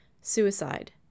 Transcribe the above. suicide